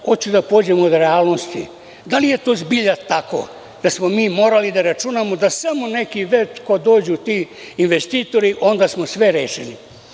Hoću da pođem od realnosti, da li je to zbilja tako da smo mi morali da računamo da smo neki veliki kada dođu ti investitori onda smo rešili.